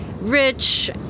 rich